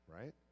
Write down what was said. right